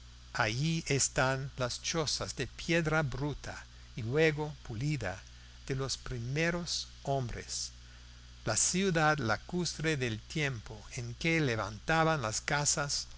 allí están las chozas de piedra bruta y luego pulida de los primeros hombres la ciudad lacustre del tiempo en que levantaban las casas